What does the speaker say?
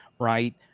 right